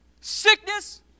sickness